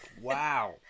Wow